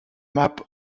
map